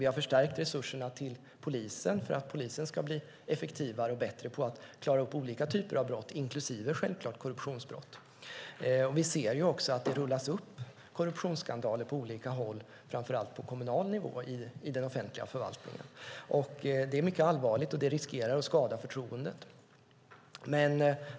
Vi har förstärkt resurserna till polisen för att polisen ska bli effektivare och bättre på att klara upp olika typer av brott, inklusive korruptionsbrott. Vi ser också att det rullas upp korruptionsskandaler på olika håll, framför allt på kommunal nivå, i den offentliga förvaltningen. Det är mycket allvarligt och riskerar att skada förtroendet.